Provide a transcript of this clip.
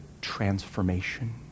transformation